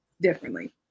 differently